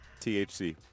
THC